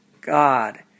God